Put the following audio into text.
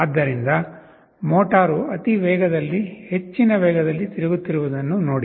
ಆದ್ದರಿಂದ ಮೋಟಾರು ಅತಿ ವೇಗದಲ್ಲಿ ಹೆಚ್ಚಿನ ವೇಗದಲ್ಲಿ ತಿರುಗುತ್ತಿರುವುದನ್ನು ನೋಡಿ